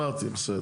גמרתי עם זה.